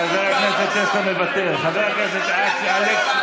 חבר הכנסת אלכס קושניר.